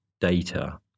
data